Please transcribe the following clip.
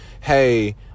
hey